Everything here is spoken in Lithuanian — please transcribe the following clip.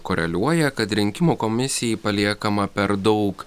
koreliuoja kad rinkimų komisijai paliekama per daug